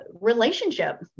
relationship